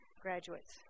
graduates